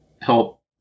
help